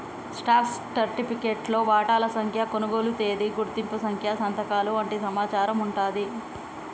stock సర్టిఫికేట్లో వాటాల సంఖ్య, కొనుగోలు తేదీ, గుర్తింపు సంఖ్య సంతకాలు వంటి సమాచారం వుంటాంది